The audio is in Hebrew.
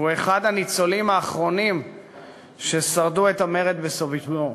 והוא אחד הניצולים האחרונים ששרדו את המרד בסוביבור.